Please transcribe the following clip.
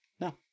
no